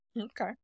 Okay